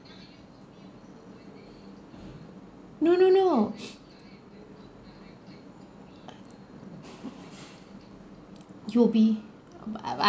no no no U_O_B I I